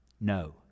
no